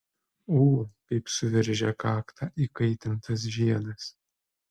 ū kaip suveržė kaktą įkaitintas žiedas